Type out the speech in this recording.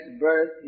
birth